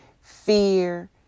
fear